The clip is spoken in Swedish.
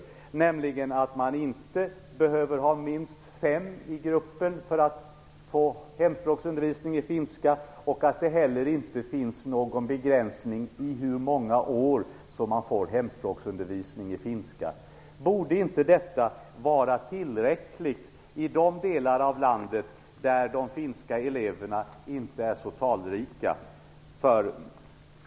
Bland finskspråkiga elever är det nämligen inte nödvändigt att vara minst fem elever i gruppen för att man skall få hemspråksundervisning, och det finns heller inte någon begränsning vad gäller i hur många år dessa elever kan få hemspråksundervisning. Borde inte detta, Michael Stjernström, vara tillräckligt i de delar av landet där de finska eleverna inte är så talrika?